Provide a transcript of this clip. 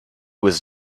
was